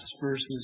versus